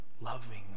loving